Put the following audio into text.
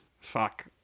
Fuck